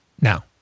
now